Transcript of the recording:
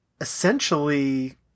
essentially